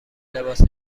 لباس